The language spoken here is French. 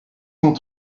cent